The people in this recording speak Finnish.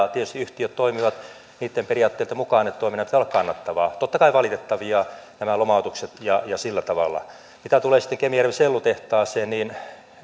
tietysti yhtiöt toimivat niitten periaatteiden mukaan että toiminnan pitää olla kannattavaa totta kai ovat valitettavia nämä lomautukset ja sillä tavalla mitä tulee sitten kemijärven sellutehtaaseen niin